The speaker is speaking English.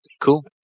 Cool